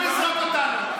למזבלה רצו לזרוק אותנו.